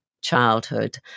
childhood